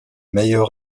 meilleure